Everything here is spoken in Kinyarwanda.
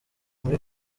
muri